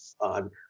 on